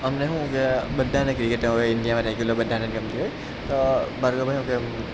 અમને શું કે બધાને ક્રિકેટ હવે ઇન્ડિયામા રેગ્યુલર બધાને ગમતી હોય તો ભાર્ગવભાઈ શું કહે